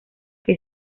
que